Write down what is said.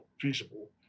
feasible